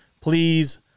Please